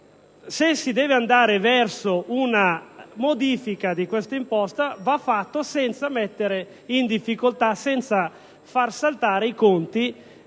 Se si deve andare verso una modifica di tale imposta essa va fatta senza mettere in difficoltà e senza far saltare i conti